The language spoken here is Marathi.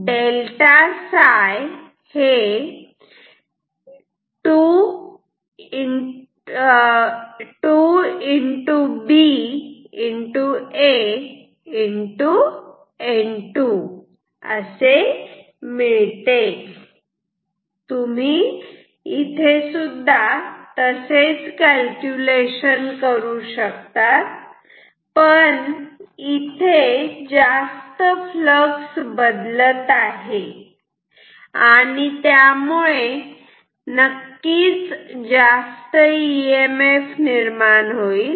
∆φ2BAN2 तुम्ही सारखेच कॅल्क्युलेशन करू शकतात पण इथे जास्त फ्लक्स बदलत आहे आणि त्यामुळे नक्कीच जास्त इ एम एफ निर्माण होईल